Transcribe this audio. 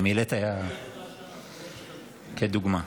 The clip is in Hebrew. ומילאת לדוגמה.